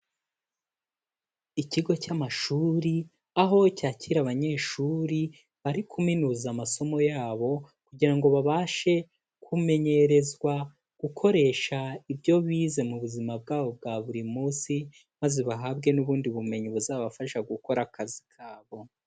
Ikigo cy'amashuri aho cyakira abanyeshuri bari kuminuza amasomo yabo kugira ngo babashe kumenyerezwa gukoresha ibyo bize mu buzima bwabo bwa buri munsi maze bahabwe n'ubundi bumenyi buzabafasha gukora akazi kabo.